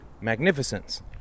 magnificence